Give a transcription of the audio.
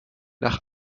nach